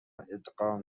ادغام